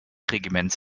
regiments